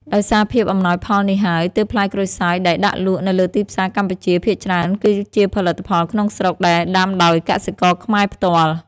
ដោយសារភាពអំណោយផលនេះហើយ ទើបផ្លែក្រូចសើចដែលដាក់លក់នៅលើទីផ្សារកម្ពុជា ភាគច្រើនគឺជាផលិតផលក្នុងស្រុក ដែលដាំដោយកសិករខ្មែរផ្ទាល់។